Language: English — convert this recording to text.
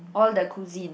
all the cuisine